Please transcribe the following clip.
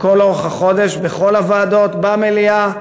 לכל אורך החודש, בכל הוועדות, במליאה.